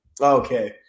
okay